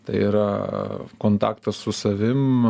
tai yra kontaktas su savim